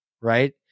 right